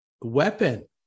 weapon